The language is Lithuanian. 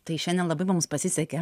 tai šiandien labai mums pasisekė